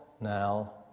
now